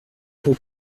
who